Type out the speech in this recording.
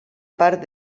part